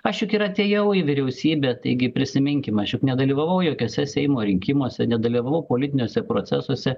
aš juk ir atėjau į vyriausybę taigi prisiminkim aš nedalyvavau jokiuose seimo rinkimuose nedalyvavau politiniuose procesuose